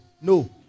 No